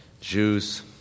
Jews